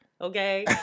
Okay